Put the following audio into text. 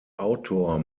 autor